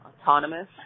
autonomous